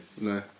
No